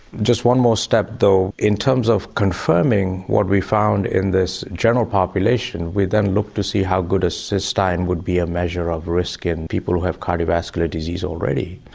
just one more step though in terms of confirming what we found in this general population we then looked to see how good cystine would be a measure of risk in people who have cardiovascular disease already.